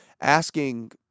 asking